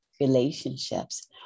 relationships